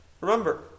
Remember